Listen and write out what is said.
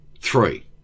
Three